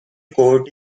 court